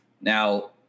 Now